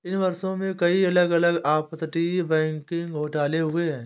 इन वर्षों में, कई अलग अलग अपतटीय बैंकिंग घोटाले हुए हैं